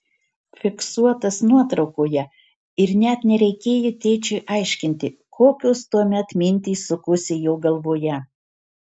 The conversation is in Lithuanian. fiksuotas nuotraukoje ir net nereikėjo tėčiui aiškinti kokios tuomet mintys sukosi jo galvoje